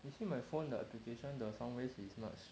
you see my phone 的 application the sound wave is much